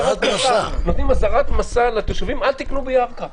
נותנים אזהרת מסע לתושבים: אל תקנו בירכא.